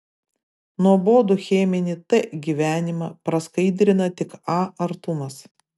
nuobodų cheminį t gyvenimą praskaidrina tik a artumas